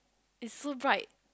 is so bright